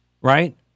right